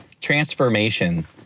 transformation